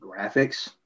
graphics